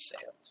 sales